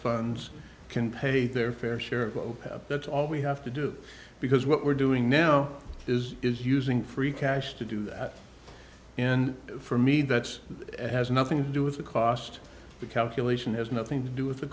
funds can pay their fair share of opap that's all we have to do because what we're doing now is is using free cash to do that and for me that's has nothing to do with the cost the calculation has nothing to do with the